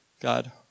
God